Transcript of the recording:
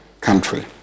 country